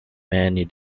many